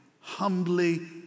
humbly